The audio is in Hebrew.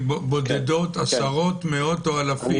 בודדות, עשרות, מאות או אלפים?